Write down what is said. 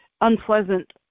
unpleasant